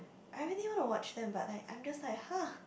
I really want to watch them but like I'm just like !huh!